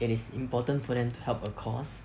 it is important for them to help a cause